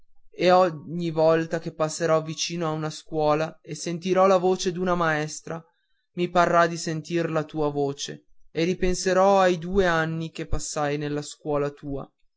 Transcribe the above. e ogni volta che passerò vicino a una scuola e sentirò la voce d'una maestra mi parrà di sentir la tua voce e ripenserò ai due anni che passai nella scuola tua